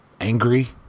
angry